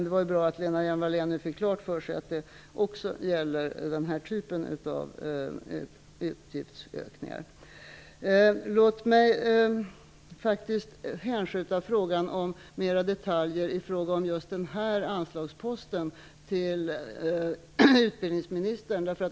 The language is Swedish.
Det var bra att Lena Hjelm-Wallén nu fick klart för sig att det också gäller den här typen av utgiftsökningar. Låt mig hänskjuta frågan om mera detaljer i fråga om just den här anslagsposten till utbildningsministern.